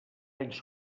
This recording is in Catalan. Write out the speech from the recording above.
anys